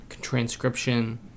transcription